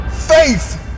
faith